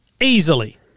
easily